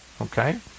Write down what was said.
Okay